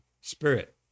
spirit